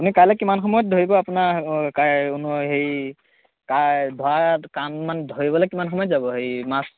এনে কাইলৈ কিমান সময়ত ধৰিব আপোনাৰ হেৰি কা ধৰা কাম মানে ধৰিবলৈ কিমান সময়ত যাব হেৰি মাছ